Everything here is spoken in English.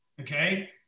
okay